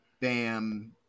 Bam